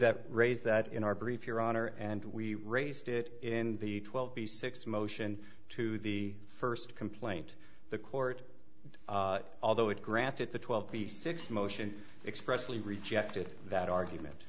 that raise that in our brief your honor and we raised it in the twelve b six motion to the first complaint the court although it granted the twelve the six motion expressly rejected that argument